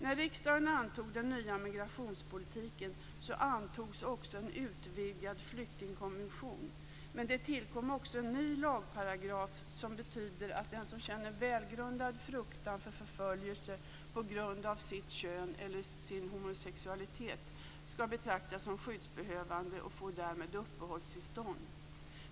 När riksdagen antog den nya migrationspolitiken antogs också en utvidgad flyktingkonvention, men det tillkom också en ny lagparagraf som betyder att den som känner välgrundad fruktan för förföljelser på grund av sitt kön eller sin homosexualitet skall betraktas som skyddsbehövande och därmed får uppehållstillstånd.